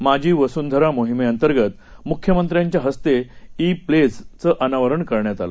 माझीवसुंधरा मोहिमेंतर्गतमुख्यमंत्र्यांच्याहस्तोई प्लेझ चंअनावरणकरण्यातआलं